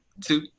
two